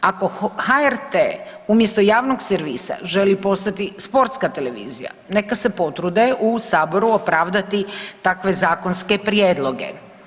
Ako HRT umjesto javnog servisa želi postati sportska televizija neka se potrude u saboru opravdati takve zakonske prijedloge.